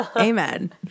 Amen